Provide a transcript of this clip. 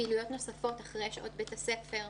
פעילויות נוספות אחרי שעות בית הספר,